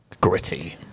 gritty